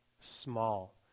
small